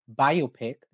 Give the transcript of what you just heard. biopic